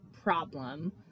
problem